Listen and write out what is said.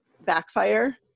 backfire